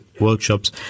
workshops